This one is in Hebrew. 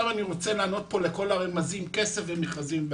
אני רוצה לענות לכל הרמזים של כסף, ומכרזים.